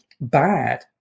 bad